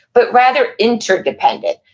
but rather interdependent.